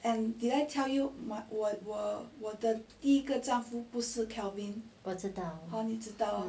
我知道